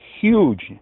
huge